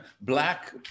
black